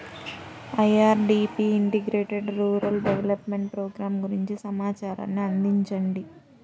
IRDP integrated rural development programme గురించి సమాచారాన్ని అందించండి?